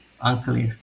unclear